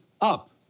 up